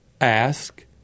Ask